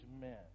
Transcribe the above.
men